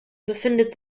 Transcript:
befindet